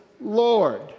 Lord